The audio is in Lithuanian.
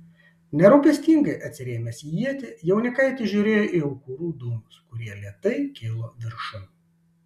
nerūpestingai atsirėmęs į ietį jaunikaitis žiūrėjo į aukurų dūmus kurie lėtai kilo viršun